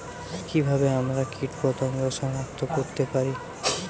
কিভাবে আমরা কীটপতঙ্গ সনাক্ত করতে পারি?